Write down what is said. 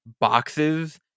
boxes